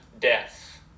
death